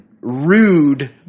Rude